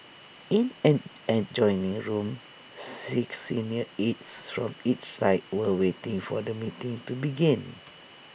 in an adjoining room six senior aides from each side were waiting for the meeting to begin